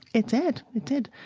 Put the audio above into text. it did, it did.